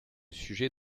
sujet